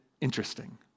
interesting